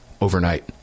overnight